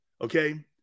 Okay